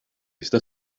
esta